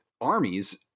armies